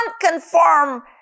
conform